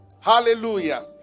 Hallelujah